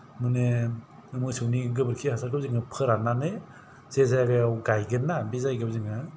माने मोसौनि गोबोरखि हासारखौ जोङो फोराननानै जे जायगायाव गायगोन ना बे जायगायाव जोङो